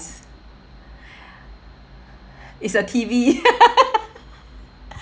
it's a T_V